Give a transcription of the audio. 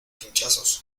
pinchazos